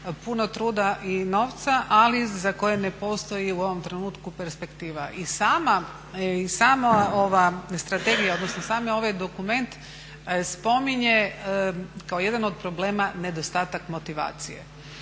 puno truda i novca, ali za koje ne postoji u ovom trenutku perspektiva. I sama ova strategija, odnosno sam ovaj dokument spominje kao jedan od problema nedostatak motivacije.